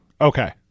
Okay